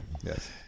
Yes